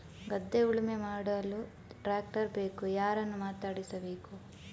ಗದ್ಧೆ ಉಳುಮೆ ಮಾಡಲು ಟ್ರ್ಯಾಕ್ಟರ್ ಬೇಕು ಯಾರನ್ನು ಮಾತಾಡಿಸಬೇಕು?